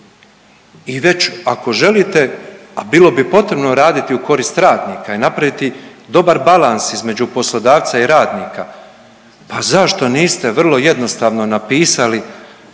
i već ako želite, a bilo bi potrebno raditi u korist radnika i napraviti dobar balans između poslodavca i radnika, pa zašto niste vrlo jednostavno napisali